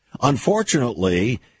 Unfortunately